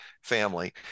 family